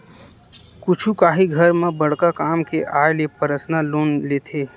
कुछु काही घर म बड़का काम के आय ले परसनल लोन लेथे